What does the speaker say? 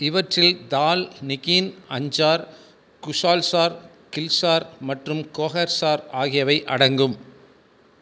இவற்றில் தால் நிகீன் அஞ்சார் குஷால் சார் கில் சார் மற்றும் கோகர் சார் ஆகியவை அடங்கும்